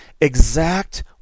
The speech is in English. exact